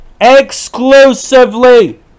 exclusively